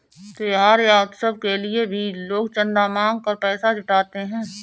त्योहार या उत्सव के लिए भी लोग चंदा मांग कर पैसा जुटाते हैं